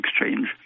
exchange